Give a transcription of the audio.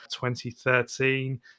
2013